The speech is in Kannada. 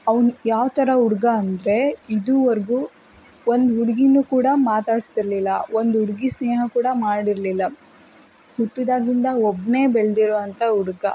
ಅವ್ನು ಯಾವ ಥರ ಹುಡುಗ ಅಂದರೆ ಇದೂವರೆಗೂ ಒಂದು ಹುಡುಗಿನೂ ಕೂಡ ಮಾತಾಡ್ಸತಿರ್ಲಿಲ್ಲ ಒಂದು ಹುಡುಗಿ ಸ್ನೇಹ ಕೂಡ ಮಾಡಿರಲಿಲ್ಲ ಹುಟ್ಟಿದಾಗಿಂದ ಒಬ್ಬನೇ ಬೆಳೆದಿರುವಂಥ ಹುಡುಗ